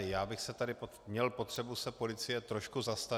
Já bych tady měl potřebu se policie trošku zastat.